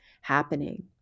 happening